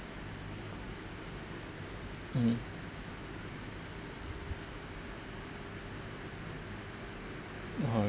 mm